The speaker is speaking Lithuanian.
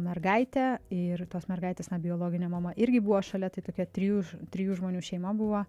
mergaitę ir tos mergaitės net biologinė mama irgi buvo šalia tai tokia trijūš trijų žmonių šeima buvo